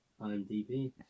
IMDb